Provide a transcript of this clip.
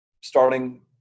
starting